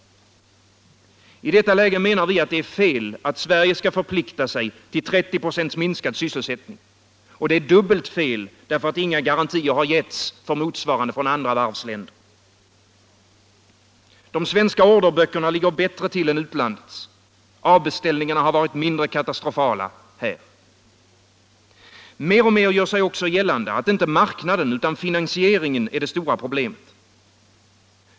I detta läge menar vi att det är fel att Sverige skall förplikta sig till 30 96 minskad sysselsättning. Det är dubbelt fel, därför att inga garantier har givits för motsvarande från andra varvsländer. De svenska orderböckerna ligger bättre till än utlandets. Avbeställningarna har varit mindre katastrofala här. Mer och mer gör sig också gällande att inte marknaden utan finansieringen är det stora problemet.